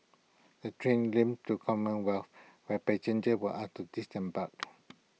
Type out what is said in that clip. the train limped to commonwealth where passengers were asked to disembark